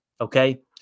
okay